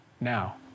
Now